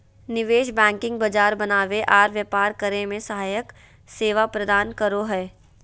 निवेश बैंकिंग बाजार बनावे आर व्यापार करे मे सहायक सेवा प्रदान करो हय